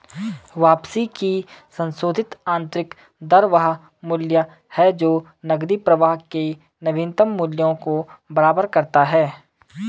वापसी की संशोधित आंतरिक दर वह मूल्य है जो नकदी प्रवाह के नवीनतम मूल्य को बराबर करता है